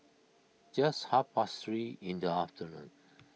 just half past three in the afternoon